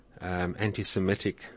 anti-Semitic